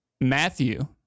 Matthew